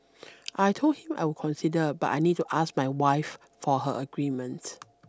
I told him I would consider but I need to ask my wife for her agreement